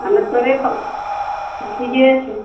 हमे तोरे फऽ ठीके छै